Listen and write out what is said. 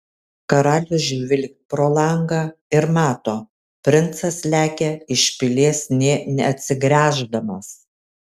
karalius žvilgt pro langą ir mato princas lekia iš pilies nė neatsigręždamas